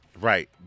Right